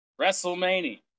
Wrestlemania